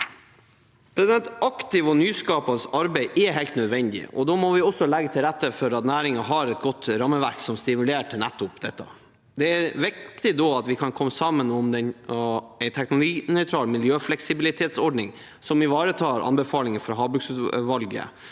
aktivt og nyskapende arbeid er helt nødvendig. Da må vi også legge til rette for at næringen har et godt rammeverk som stimulerer til nettopp dette. Det er da viktig at vi kan komme sammen om en teknologinøytral miljøfleksibilitetsordning som ivaretar anbefalinger fra havbruksutvalget.